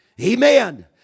Amen